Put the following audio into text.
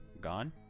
gone